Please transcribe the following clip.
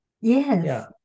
Yes